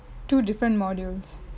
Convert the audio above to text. two different modules